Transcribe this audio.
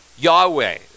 Yahweh